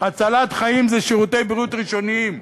הצלת חיים זה שירותי בריאות ראשוניים.